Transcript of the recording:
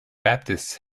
baptists